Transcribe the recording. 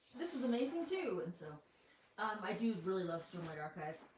this is amazing too. and so ah um i do really love stormlight archive.